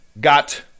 got